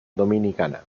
dominicana